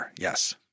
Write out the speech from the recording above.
Yes